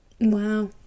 wow